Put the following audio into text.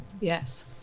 Yes